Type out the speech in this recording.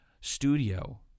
studio